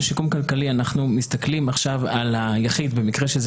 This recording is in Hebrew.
שיקום כלכלי אנחנו מסתכלים עכשיו על היחיד במקרה שזה